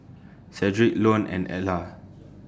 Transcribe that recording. Shedrick Lone and Edla